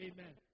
Amen